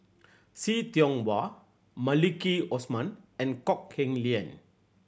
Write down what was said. See Tiong Wah Maliki Osman and Kok Heng Leun